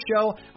show